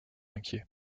inquiet